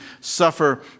suffer